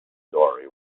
story